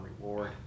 reward